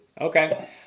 Okay